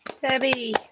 Debbie